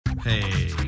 Hey